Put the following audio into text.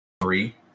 Three